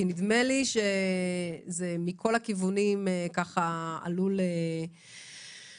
כי נדמה לי שמכל הכיוונים זה עלול להכביד,